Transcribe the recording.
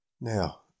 Now